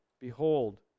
Behold